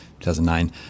2009